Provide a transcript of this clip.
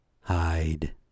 Hide